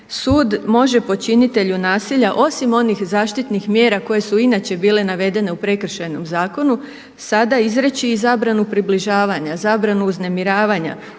Sud može počinitelju nasilja osim onih zaštitnih mjera koje su inače bile navedene u Prekršajnom zakonu sada izreći i zabranu približavanja, zabranu uznemiravanja,